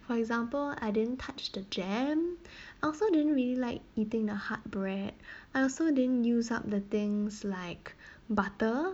for example I didn't touch the jam I also didn't really like eating the hard bread I also didn't use up the things like butter